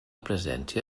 presència